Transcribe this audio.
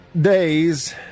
days